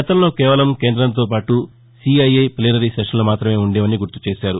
గతంలో కేవలం కేందంతో పాటు సీఐఐ ప్లీనరీ సెషన్లు మాత్రమే ఉండేవని గుర్తు చేశారు